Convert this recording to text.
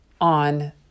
on